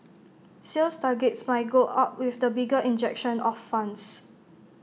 sales targets might go up with the bigger injection of funds